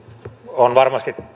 on varmasti